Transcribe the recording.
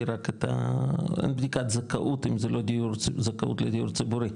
את בדיקת הזכאות - אם זה לא זכאות לדיוק ציבורי.